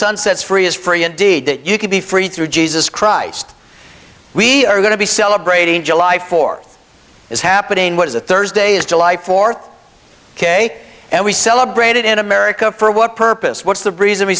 sun sets free is free indeed that you can be free through jesus christ we are going to be celebrating july th is happening what is a thursday is july th ok and we celebrated in america for what purpose what's the reason we